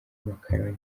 amakaroni